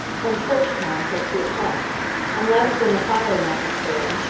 from church-time till two o'clock unless when the fire wanted stirring,